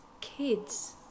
Kids